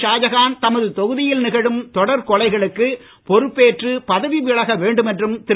ஷாஜகான் தமது தொகுதியில் நிகழும் தொடர் கொலைகளுக்கு பொறுப்பேற்று பதவி விலக வேண்டும் என்றும் திரு